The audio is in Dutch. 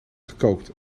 gekookt